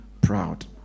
proud